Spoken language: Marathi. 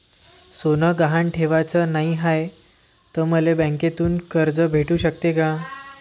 सोनं गहान ठेवाच नाही हाय, त मले बँकेतून कर्ज भेटू शकते का?